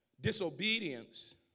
disobedience